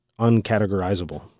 uncategorizable